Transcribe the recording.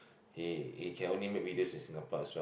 he he can only make videos in Singapore as well